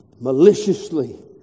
maliciously